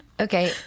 Okay